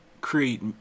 create